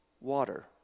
water